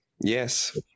Yes